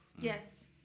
Yes